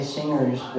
Singers